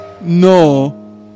no